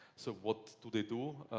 so what do they do?